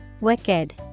Wicked